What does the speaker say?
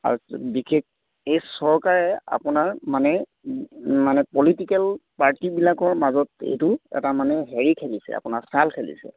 বিশেষ এই চৰকাৰে আপোনাৰ মানে মানে পলিটিকেল পাৰ্টিবিলাকৰ মাজত এইটো এটা মানে হেৰি খেলিছে আপোনাৰ চাল খেলিছে